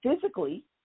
physically